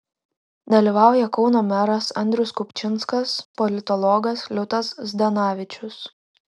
dalyvauja kauno meras andrius kupčinskas politologas liudas zdanavičius